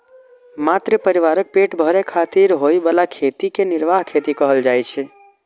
मात्र परिवारक पेट भरै खातिर होइ बला खेती कें निर्वाह खेती कहल जाइ छै